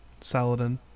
Saladin